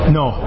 no